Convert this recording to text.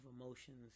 emotions